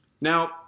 Now